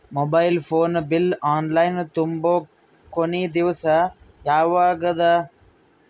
Mobile phone bill online ತುಂಬೊ ಕೊನಿ ದಿವಸ ಯಾವಗದ?